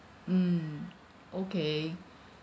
mm okay